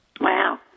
Wow